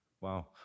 wow